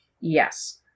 Yes